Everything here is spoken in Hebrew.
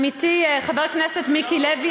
חבר הכנסת מיקי לוי,